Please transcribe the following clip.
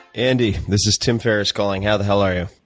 andy, this is tim ferriss calling. how the hell are you?